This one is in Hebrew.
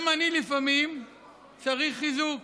גם אני לפעמים צריך חיזוק,